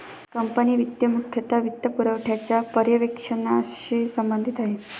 company वित्त मुख्यतः वित्तपुरवठ्याच्या पर्यवेक्षणाशी संबंधित आहे